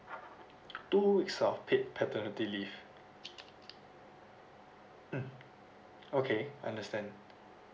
two weeks of paid paternity leave mm okay understand